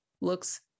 looks